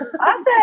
Awesome